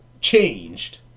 changed